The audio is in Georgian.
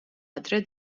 ადრე